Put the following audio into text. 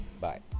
bye